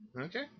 Okay